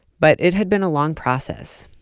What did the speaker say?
but it had been a long process,